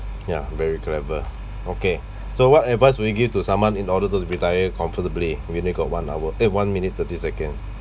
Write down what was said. ya very clever okay so what advice would you give to someone in order to retire comfortably we only got one hour eh one minute thirty seconds